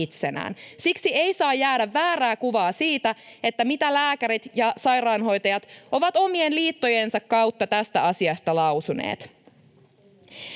Siksi ei saa jäädä väärää kuvaa siitä, mitä lääkärit ja sairaanhoitajat ovat omien liittojensa kautta lausuneet